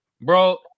bro